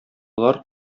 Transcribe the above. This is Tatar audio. болар